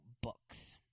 books